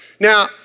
Now